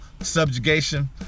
subjugation